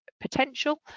potential